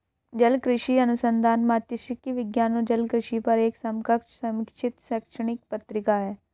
जलकृषि अनुसंधान मात्स्यिकी विज्ञान और जलकृषि पर एक समकक्ष समीक्षित शैक्षणिक पत्रिका है